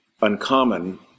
uncommon